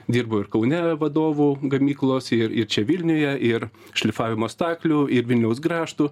dirbo ir kaune vadovų gamyklos ir ir čia vilniuje ir šlifavimo staklių ir vilniaus grąžtų